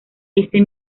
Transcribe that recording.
ese